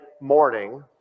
morning